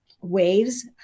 waves